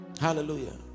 hallelujah